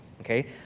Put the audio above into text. okay